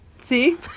See